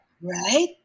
right